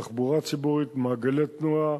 תחבורה ציבורית, מעגלי תנועה,